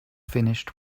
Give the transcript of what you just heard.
finished